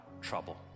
trouble